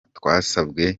twasabwe